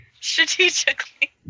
strategically